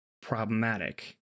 problematic